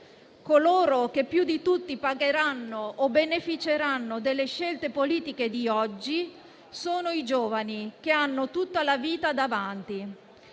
Coloro che più di tutti pagheranno o beneficeranno delle scelte politiche di oggi sono i giovani, che hanno tutta la vita davanti.